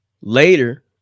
later